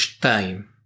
time